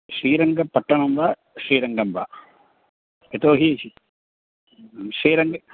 श्रीरङ्गपट्टणं वा श्रीरङ्गं वा यतो हि श्रीरङ्गम्